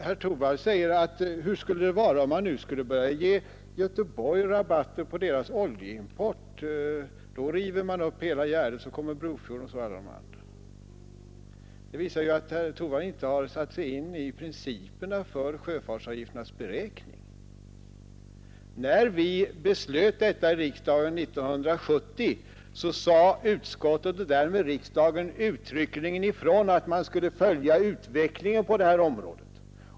Herr Torwald säger att om man börjar ge Göteborg rabatt för oljetransporterna river man upp hela gärdet och måste göra samma sak med Brofjorden. Det visar att herr Torwald inte har satt sig in i principerna för sjöfartsavgifternas beräkning. När vi beslutade om detta i riksdagen 1970 sade utskottet och därmed riksdagen uttryckligen ifrån att man måste följa utvecklingen på detta område.